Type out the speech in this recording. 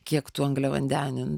kiek tų angliavandenių